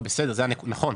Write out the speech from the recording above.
נכון,